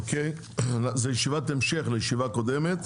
זו ישיבת המשך לישיבה קודמת.